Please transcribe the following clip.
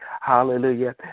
hallelujah